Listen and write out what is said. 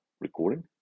recording